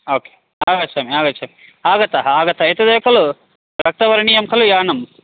okay आगच्छामि आगच्छामि आगतः आगतः एतदेव खलु रक्तवर्णीयं खलु यानं